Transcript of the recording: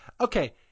okay